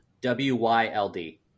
W-Y-L-D